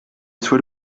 soit